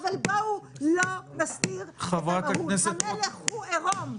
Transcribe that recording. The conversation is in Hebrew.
אבל בואו לא נסתיר את המהות, המלך הוא עירום.